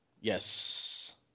Yes